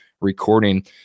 recording